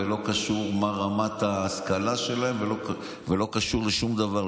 לא קשור מה רמת ההשכלה שלהם ולא קשור לשום דבר,